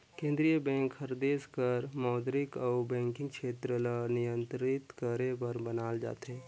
केंद्रीय बेंक हर देस कर मौद्रिक अउ बैंकिंग छेत्र ल नियंत्रित करे बर बनाल जाथे